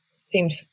seemed